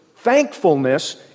Thankfulness